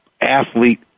athlete